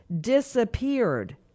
disappeared